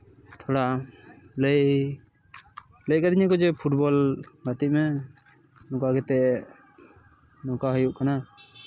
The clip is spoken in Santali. ᱛᱷᱚᱲᱟ ᱞᱟᱹᱭ ᱞᱟᱹᱭ ᱠᱟᱹᱫᱤᱧᱟ ᱠᱚ ᱡᱮ ᱯᱷᱩᱴᱵᱚᱞ ᱜᱟᱛᱮᱜ ᱢᱮ ᱚᱱᱠᱟ ᱠᱟᱛᱮ ᱱᱚᱝᱠᱟ ᱦᱩᱭᱩᱜ ᱠᱟᱱᱟ